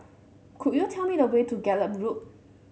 could you tell me the way to Gallop Road